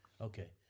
Okay